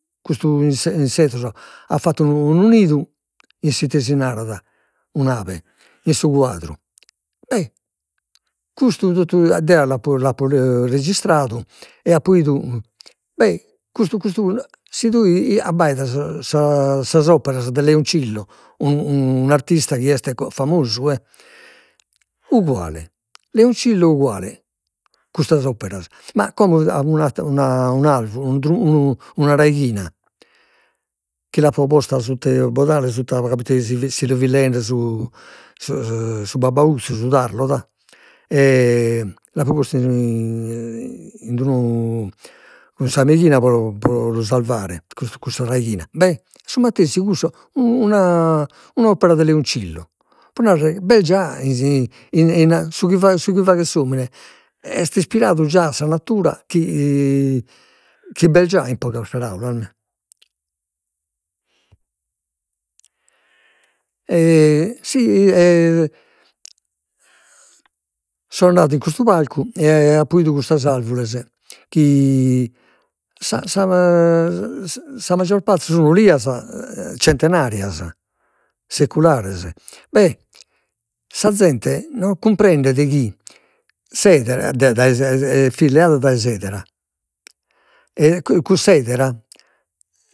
Custu inse insettos at fattu unu nidu in s'ite si narat, un'ape in su quadru, e custu totu deo l'apo l'apo registradu e apo idu, beh custu custu, si tue abbaidas sas operas de Leoncillo, un un'artista chi est famosu e, uguale, Leoncillo uguale custas operas, ma como una raighina, chi l'apo posta sutta 'e bodale sutta ca proite si li fit leende su su babbaudu, su tarlo da e l'apo postu in cun sa meighina pro pro lu salvare cussa raighina, bè su matessi cussu, u- una un'opera de Leoncillo, pro narrer, b'est già in in su chi faghet s'omine est ispiradu già a sa natura chi chi b'est già in paraulas mi si so andadu in custu parcu e apo 'idu custos arvures chi sa sa sa maggior parte sun olias centenarias seculares, bè sa zente non cumprendet chi s'edera dai dai fit leada dai s'edera e cuss'edera